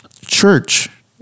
church